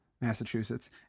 massachusetts